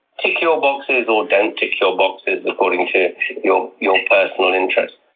tick your boxes or don't tick your boxes according to your your personal interests.